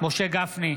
משה גפני,